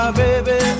baby